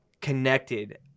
connected